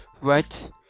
right